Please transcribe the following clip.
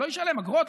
לא ישלם אגרות,